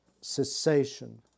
cessation